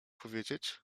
powiedzieć